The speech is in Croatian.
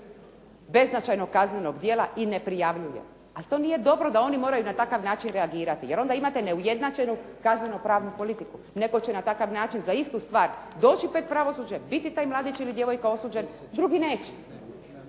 beznačajnog kaznenog djela i ne prijavljuje. Ali to nije dobro da oni moraju na takav način reagirati, jer onda imate neujednačenu kaznenopravnu politiku. Netko će na takav način za istu stvar doći pred pravosuđe, biti taj mladić ili djevojka osuđen, drugi neće.